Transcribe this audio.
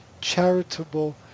charitable